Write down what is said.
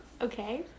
Okay